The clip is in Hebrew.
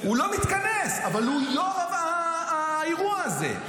הוא לא מתכנס, אבל הוא יו"ר האירוע הזה.